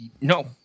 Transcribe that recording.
No